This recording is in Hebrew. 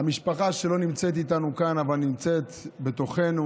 המשפחה שלא נמצאת איתנו כאן אבל נמצאת בתוכנו,